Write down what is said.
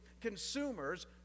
consumers